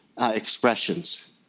expressions